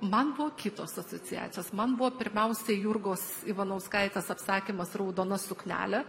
man buvo kitos asociacijos man buvo pirmiausia jurgos ivanauskaitės apsakymas raudona suknelė